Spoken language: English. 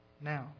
Now